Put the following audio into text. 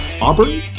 Auburn